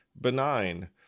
benign